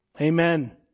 Amen